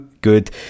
good